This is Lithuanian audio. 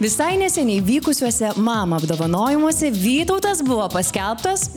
visai neseniai vykusiuose mama apdovanojimuose vytautas buvo paskelbtas